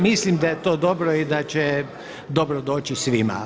Mislim da je to dobro i da će dobro doći svima.